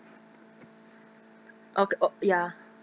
ok~ oh ya